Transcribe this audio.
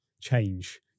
change